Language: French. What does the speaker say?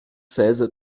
seize